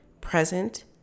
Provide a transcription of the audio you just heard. present